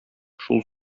шул